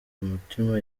umutima